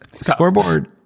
Scoreboard